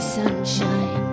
sunshine